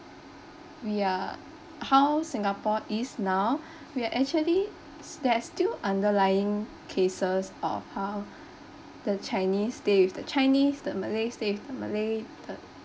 we are how singapore is now we are actually there's still underlying cases of how the chinese stay with the chinese the malay stay with the malay the